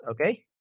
okay